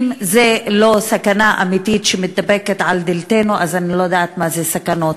אם זו לא סכנה אמיתית שמתדפקת על דלתנו אז אני לא יודעת מה זה סכנות.